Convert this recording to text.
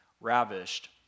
ravished